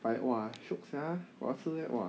but !wah! shiok sia 我要吃 leh !wah!